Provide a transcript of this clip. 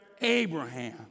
Abraham